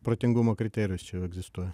protingumo kriterijus jau egzistuoja